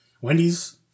Wendy's